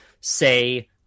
say